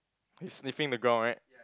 is sniffing the ground right